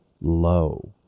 low